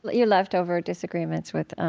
you left over disagreements with